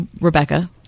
Rebecca